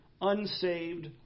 unsaved